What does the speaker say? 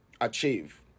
achieve